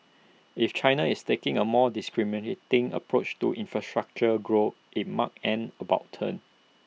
if China is taking A more discriminating approach to infrastructure grow IT marks an about turn